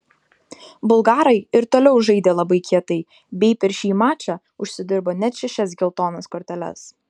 bulgarai ir toliau žaidė labai kietai bei per šį mačą užsidirbo net šešias geltonas korteles